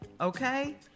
Okay